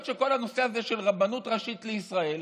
שכל הנושא הזה של רבנות ראשית לישראל,